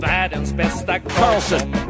Carlson